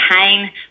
pain